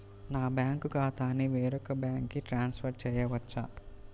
నా బ్యాంక్ ఖాతాని వేరొక బ్యాంక్కి ట్రాన్స్ఫర్ చేయొచ్చా?